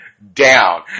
Down